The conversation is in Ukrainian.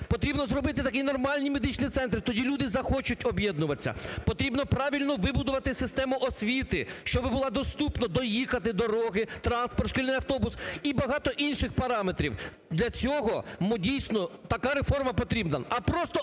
Потрібно зробити такі нормальні медичні центри, тоді люди захочуть об'єднуватися, потрібно правильно вибудувати систему освіти, щоби було доступно доїхати дороги, транспорт, шкільний автобус і багато інших параметрів. Для цього дійсно така реформа потрібна,